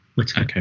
Okay